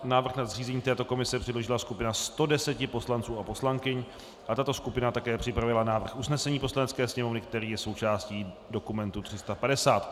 Návrh na zřízení této komise předložila skupina 110 poslanců a poslankyň a tato skupina také připravila návrh usnesení Poslanecké sněmovny, který je součástí dokumentu 350.